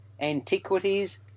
antiquities